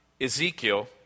Ezekiel